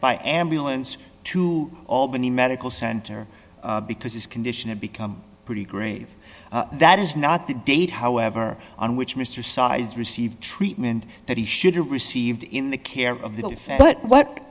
by ambulance to albany medical center because his condition had become pretty grave that is not the date however on which mr size received treatment that he should have received in the care of the effect but what